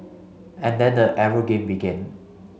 and then the arrow game began